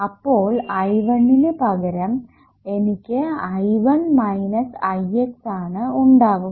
അപ്പോൾ I1 നു പകരം എനിക്ക് I1 മൈനസ് Ix ആണ് ഉണ്ടാവുക